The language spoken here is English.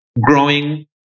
growing